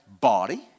body